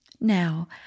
Now